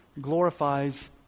glorifies